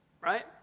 right